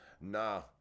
Nah